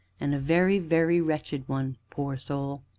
and a very, very wretched one poor soul!